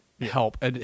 help